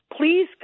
please